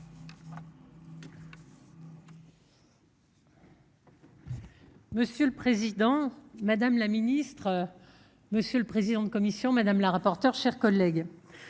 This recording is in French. Monsieur le Président Madame la Ministre. Monsieur le Président commission madame la rapporteure, chers collègues.